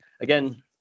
Again